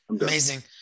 Amazing